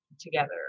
together